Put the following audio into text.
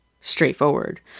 straightforward